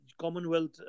Commonwealth